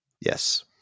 Yes